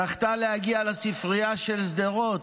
זכתה להגיע לספרייה של שדרות,